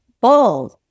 bold